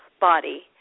body